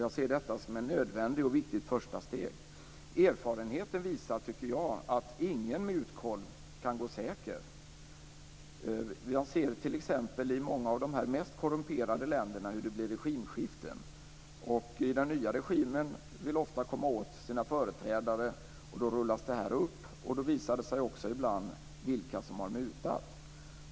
Jag ser då detta som ett nödvändigt och viktigt första steg. Erfarenheten visar att ingen mutkolv kan gå säker. I många av de mest korrumperade länderna kan man se hur den nya regimen efter ett regimskifte vill komma åt sina företrädare och att detta då rullas upp. Det visar sig i sådana sammanhang också ibland vilka som har mutat.